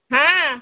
ହଁ